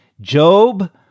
Job